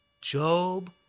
Job